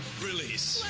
release.